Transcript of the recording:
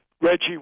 Reggie